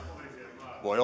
voi